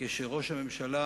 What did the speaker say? כשראש הממשלה,